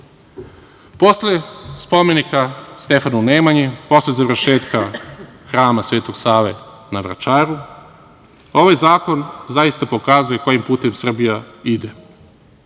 Posle spomenika Stefanu Nemanji, posle završetka hrama Svetog Save na Vračaru, ovaj zakon zaista pokazuje kojim putem Srbija ide.